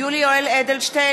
יולי יואל אדלשטיין,